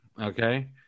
Okay